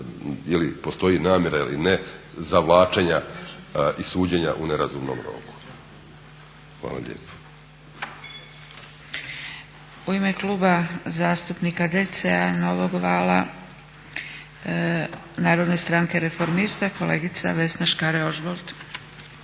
li postoji namjera ili ne zavlačenja suđenja u nerazumnom roku. Hvala lijepo. **Zgrebec, Dragica (SDP)** U ime Kluba zastupnika DC-a, Novog vala i Narodne stranke reformista kolegica Vesna Škare-Ožbolt.